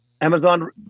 Amazon